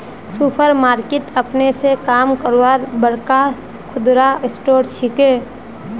super market अपने स काम करवार बड़का खुदरा स्टोर छिके